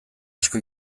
asko